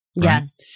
Yes